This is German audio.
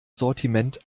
sortiment